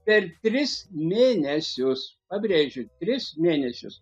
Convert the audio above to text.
per tris mėnesius pabrėžiu tris mėnesius